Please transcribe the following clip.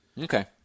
Okay